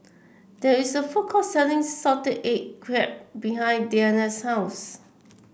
there is a food court selling Salted Egg Crab behind Dena's house